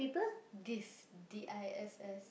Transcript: diss D I S S